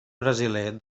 brasiler